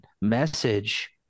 message